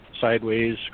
sideways